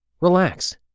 Relax